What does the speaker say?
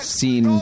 seen